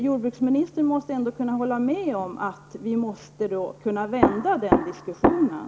Jordbruksministern måste ändå kunna hålla med om att vi måste kunna vända den diskussionen.